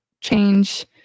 change